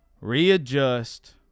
Readjust